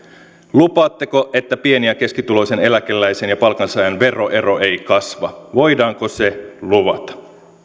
lupaatteko että pieni ja keskituloisen eläkeläisen ja palkansaajan veroero ei kasva voidaanko se luvata